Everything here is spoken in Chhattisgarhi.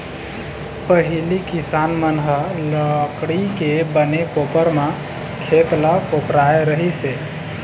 पहिली किसान मन ह लकड़ी के बने कोपर म खेत ल कोपरत रहिस हे